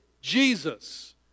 Jesus